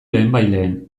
lehenbailehen